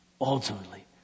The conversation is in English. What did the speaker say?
Ultimately